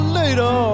later